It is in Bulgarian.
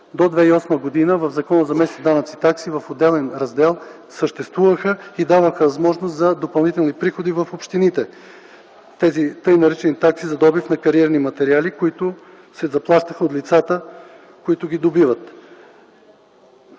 г. съществуваха в Закона за местните данъци и такси в отделен раздел и даваха възможност за допълнителни приходи в общините – тъй наречените такси за добив на кариерни материали, които се заплащаха от лицата, които ги добиват.